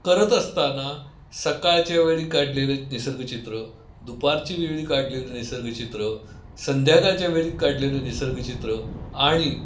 करत असताना सकाळच्या वेळी काढलेलं निसर्गचित्र दुपारचे वेळी काढलेलं निसर्गचित्र संध्याकाळच्या वेळी काढलेलं निसर्गचित्र आणि